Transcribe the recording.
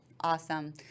Awesome